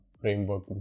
framework